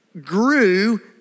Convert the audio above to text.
grew